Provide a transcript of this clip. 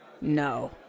no